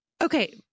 Okay